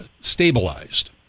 stabilized